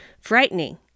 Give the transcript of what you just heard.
frightening